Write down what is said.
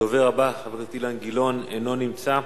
הדובר הבא, חבר הכנסת אילן גילאון, אינו נמצא.